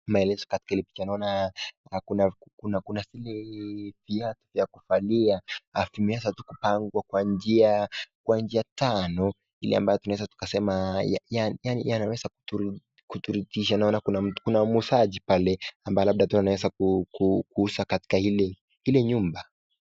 Mbele yetu katika hili picha naona kuna kuna zile viatu za kuvalia. Afu zimeanza tu kupangwa kwa njia kwa njia tano ili ambayo tunaweza tukasema yanaweza kutu kuturidhisha. Naona kuna muuzaji pale ambaye labda tunaweza ku kuuza katika hili hili nyumba.